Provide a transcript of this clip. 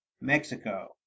Mexico